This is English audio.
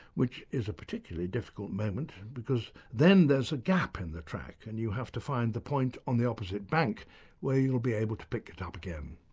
which is a particularly difficult moment because then there's a gap in the track and you have to find the point on the opposite bank where you'll be able to pick it up again.